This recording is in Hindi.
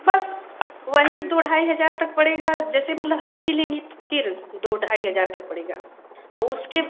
बस वही दो ढाई हज़ार तक पड़ेगा जैसे मतलब हल्की लेंगी तो फिर दो ढाई हज़ार तक पड़ेगा और उसके